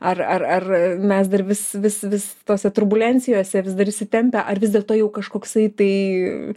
ar ar ar mes dar vis vis vis tose turbulencijose vis dar įsitempę ar vis dėlto jau kažkoksai tai